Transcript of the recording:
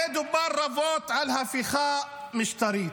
הרי דובר רבות על הפיכה משטרית,